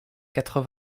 quatre